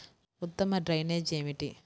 ఉత్తమ డ్రైనేజ్ ఏమిటి?